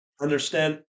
understand